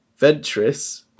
Ventress